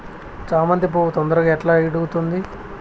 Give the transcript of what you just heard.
చామంతి పువ్వు తొందరగా ఎట్లా ఇడుగుతుంది?